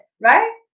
Right